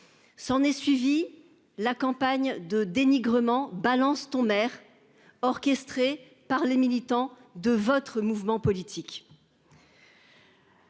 S'en est suivi la campagne de dénigrement. BalanceTonMaire orchestré par les militants de votre mouvement politique.